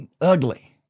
ugly